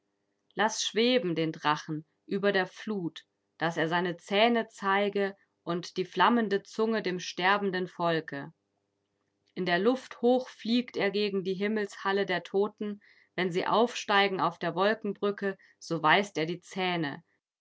laß schweben den drachen über der flut daß er seine zähne zeige und die flammende zunge dem sterbenden volke in der luft hoch fliegt er gegen die himmelshalle der toten wenn sie aufsteigen auf der wolkenbrücke so weist er die zähne